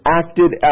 acted